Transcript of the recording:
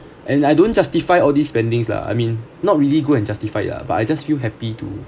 and I don't justify all these spendings lah I mean not really go and justify lah but I just feel happy to